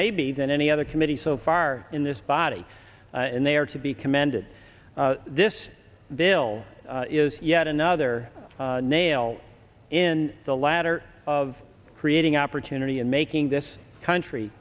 maybe than any other committee so far in this body and they are to be commended this bill is yet another nail in the ladder of creating opportunity and making this country